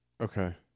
Okay